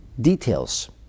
details